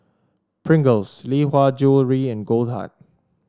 Pringles Lee Hwa Jewellery and Goldheart